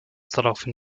daraufhin